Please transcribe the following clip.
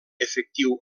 efectiu